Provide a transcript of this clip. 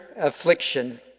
affliction